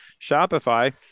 Shopify